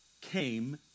came